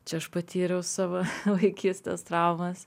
čia aš patyriau savo vaikystės traumas